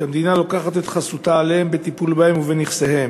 שהמדינה לוקחת את חסותה עליה, בטיפול בה ובנכסיה.